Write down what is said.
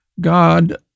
God